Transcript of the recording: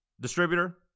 distributor